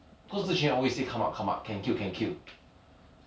I follow the tank player in our team